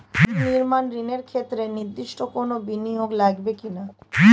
বাড়ি নির্মাণ ঋণের ক্ষেত্রে নির্দিষ্ট কোনো বিনিয়োগ লাগবে কি না?